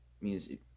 music